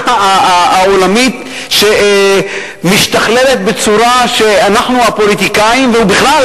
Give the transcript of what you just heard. העולמית שמשתכללת בצורה שאנחנו הפוליטיקאים ובכלל